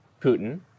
Putin